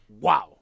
wow